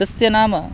तस्य नाम